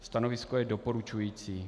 Stanovisko je doporučující.